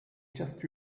just